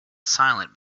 silent